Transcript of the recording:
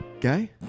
guy